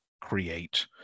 create